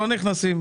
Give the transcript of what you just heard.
לא.